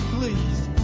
Please